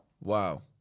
wow